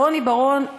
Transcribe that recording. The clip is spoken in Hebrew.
רוני בר-און,